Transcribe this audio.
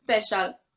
special